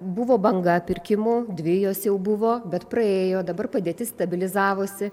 buvo banga pirkimų dvi jos jau buvo bet praėjo dabar padėtis stabilizavosi